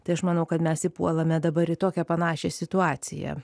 tai aš manau kad mes įpuolame dabar į tokią panašią situaciją